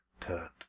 turned